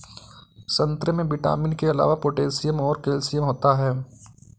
संतरे में विटामिन के अलावा पोटैशियम और कैल्शियम होता है